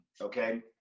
Okay